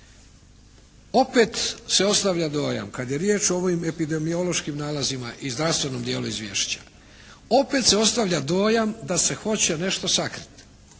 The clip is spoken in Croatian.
Opet se ostavlja dojam kad je riječ o ovim epidemiološkim nalazima i zdravstvenom dijelu izvješća, opet se ostavlja dojam da se hoće nešto sakriti.